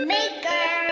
Maker